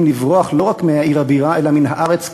לברוח לא רק מעיר הבירה אלא מן הארץ כולה,